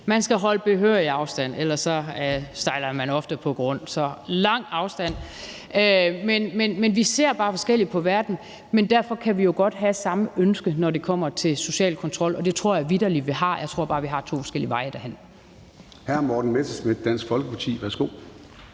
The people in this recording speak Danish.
Man skal holde behørig afstand, for ellers går man ofte på grund. Så man skal holde lang afstand. Vi ser bare forskelligt på verden, men derfor kan vi jo godt have samme ønske, når det kommer til social kontrol, og det tror jeg vitterlig vi har. Jeg tror bare, vi har to forskellige veje derhen.